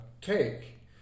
take